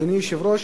אדוני היושב-ראש,